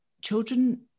children